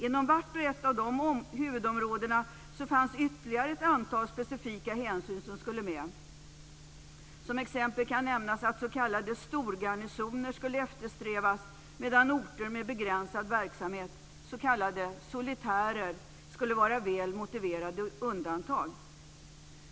Inom vart och ett av dessa huvudområden fanns ytterligare ett antal specifika hänsyn som skulle vara med. Som exempel kan nämnas att s.k. storgarnisoner skulle eftersträvas medan orter med begränsad verksamhet - s.k. solitärer - skulle vara väl motiverade undantag.